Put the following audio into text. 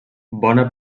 bona